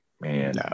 man